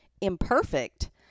imperfect